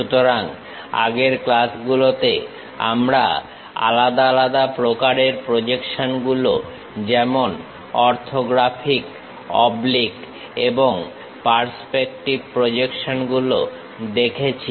সুতরাং আগের ক্লাসগুলোতে আমরা আলাদা প্রকারের প্রজেকশন গুলো যেমন অর্থোগ্রাফিক অবলিক এবং পার্সপেক্টিভ প্রজেকশন গুলো দেখেছি